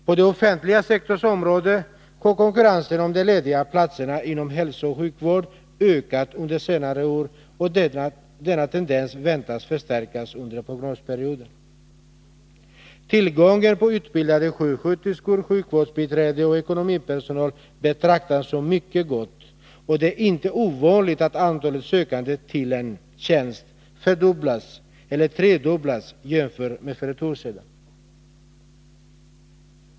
På den offentliga sektorn har konkurrensen om de lediga platserna inom hälsooch sjukvård ökat under senare år, och denna tendens väntas förstärkas under prognosperioden. Tillgången på utbildade sjuksköterskor, sjukvårdsbiträden och ekonomipersonal betraktas som mycket god, och det är inte ovanligt att antalet sökande till en tjänst har fördubblats eller trefaldigats jämfört med för ett år sedan.